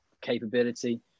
capability